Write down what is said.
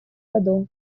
году